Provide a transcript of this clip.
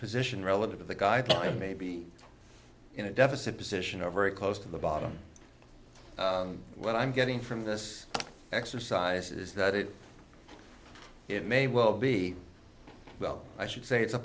position relative to the guidelines may be in a deficit position are very close to the bottom what i'm getting from this exercise is that it may well be well i should say it's a